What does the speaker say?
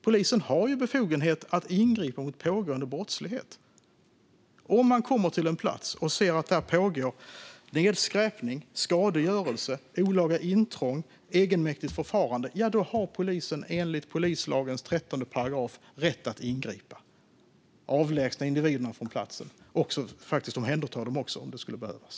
Polisen har ju befogenhet att ingripa mot pågående brottslighet. Om man kommer till en plats och ser att där pågår nedskräpning, skadegörelse, olaga intrång eller egenmäktigt förfarande har polisen enligt polislagens 13 § rätt att ingripa, avlägsna individerna från platsen och faktiskt också omhänderta dem, om det skulle behövas.